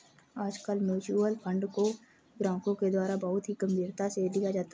आजकल mutual fund को ग्राहकों के द्वारा बहुत ही गम्भीरता से लिया जाता है